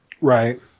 Right